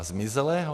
Zmizelého?